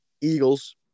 Eagles